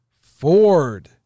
Ford